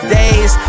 days